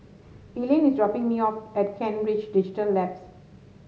Elayne is dropping me off at Kent Ridge Digital Labs